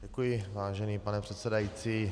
Děkuji, vážený pane předsedající.